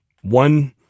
one